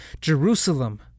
Jerusalem